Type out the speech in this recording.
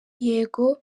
yego